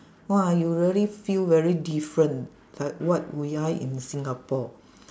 !wah! you really feel very different like what we are in singapore